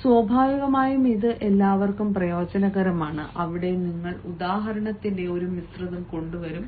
സ്വാഭാവികമായും ഇത് എല്ലാവർക്കും പ്രയോജനകരമാണ് അവിടെ നിങ്ങൾ ഉദാഹരണത്തിന്റെ ഒരു മിശ്രിതം കൊണ്ടുവരണം